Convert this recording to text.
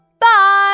Bye